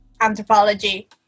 anthropology